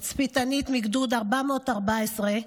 תצפיתנית מגדוד 414,